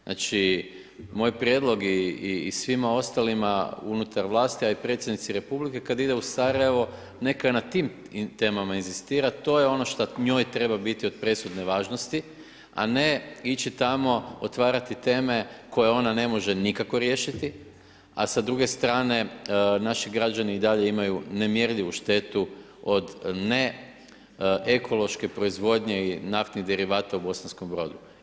Znači moj prijedlog i svim ostalima unutar vlasti, a i predsjednici Republike kada ide u Sarajevo neka na tim temama inzistira, to je ono šta njoj treba biti od presudne važnosti, a ne ići tamo otvarati teme koje ona ne može nikako riješiti, a sa druge strane naši građani i dalje imaju nemjerljivu štetu od ne ekološke proizvodnje i naftnih derivata u Bosanskom Brodu.